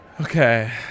Okay